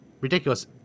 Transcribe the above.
ridiculous